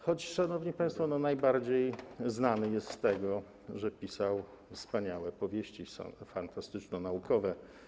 Choć, szanowni państwo, najbardziej znany jest z tego, że pisał wspaniałe powieści fantastycznonaukowe.